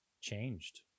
changed